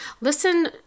listen